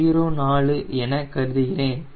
04 என கருதுகிறேன்